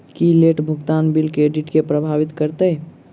की late भुगतान bill credit केँ प्रभावित करतै?